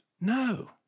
No